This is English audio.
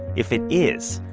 if it is,